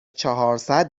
چهارصد